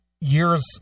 years